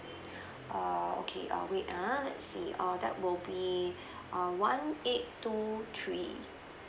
err okay uh wait ah let's see uh that will be uh one eight two three